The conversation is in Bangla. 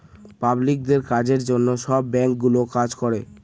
পাবলিকদের কাজের জন্য সব ব্যাঙ্কগুলো কাজ করে